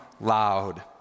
loud